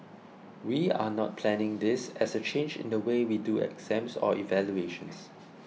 we are not planning this as a change in the way we do exams or evaluations